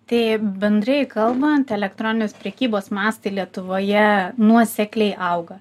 tai bendrai kalbant elektroninės prekybos mastai lietuvoje nuosekliai auga